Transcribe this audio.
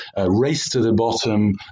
race-to-the-bottom